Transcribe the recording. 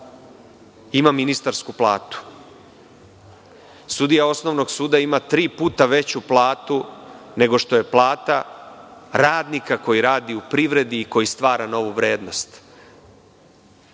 ima ministarsku platu. Sudija osnovnog suda ima tri puta veću platu nego što je plata radnika koji radi u privredi i koji stvara novu vrednost.